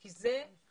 כי זה חזונה,